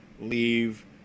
leave